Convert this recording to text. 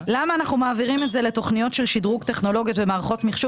למה אנחנו מעבירים את זה לתוכניות של שדרוג טכנולוגיות ומערכות מחשוב